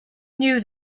knew